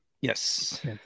Yes